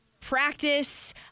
practice